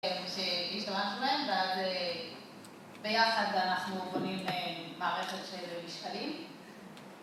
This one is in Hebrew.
שהשתמשנו בהם, ואז ביחד אנחנו בונים מערכת של משקלים.